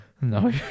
No